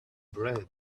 bread